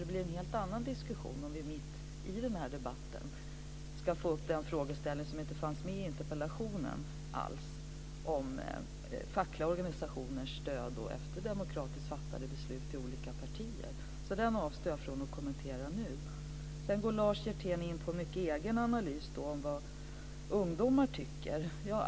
Det blir en helt annan diskussion om vi mitt i denna debatt ska ta upp den frågeställning som inte alls fanns med i interpellationen, dvs. om fackliga organisationers stöd efter demokratiskt fattade beslut i olika partier, så den avstår jag från att kommentera nu. Lars Hjertén går in på en mycket egen analys om vad ungdomar tycker.